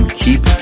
keep